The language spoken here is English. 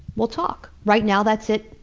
we'll talk. right now, that's it.